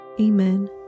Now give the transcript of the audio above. amen